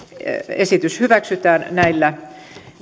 esitys hyväksytään näillä